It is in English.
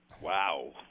wow